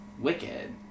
Wicked